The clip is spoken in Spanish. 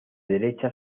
derecha